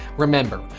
remember,